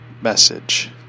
message